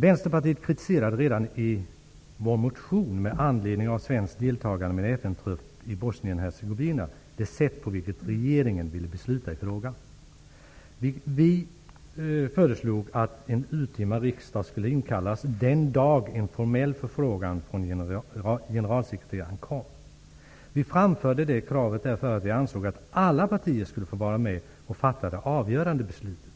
Vänsterpartiet kritiserade redan i vår motion med anledning av svenskt deltagande i FN-trupp i BosnienHercegovina det sätt på vilket regeringen ville besluta i frågan. Vi föreslog att en urtima riksdag skulle inkallas den dag en formell förfrågan från generalsekreteraren kom. Vi framförde det kravet därför att vi ansåg att alla partier skulle få vara med och fatta det avgörande beslutet,